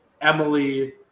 Emily